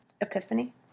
epiphany